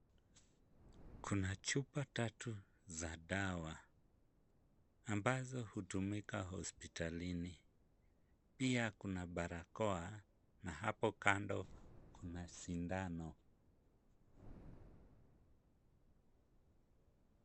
Kuna chupa tatu za dawa, ambazo hutumika hospitalini. Pia kuna barakoa na hapo kando kuna sindano.